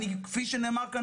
כאמור,